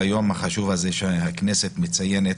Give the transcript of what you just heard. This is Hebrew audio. ביום החשוב הזה שהכנסת מציינת,